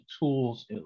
tools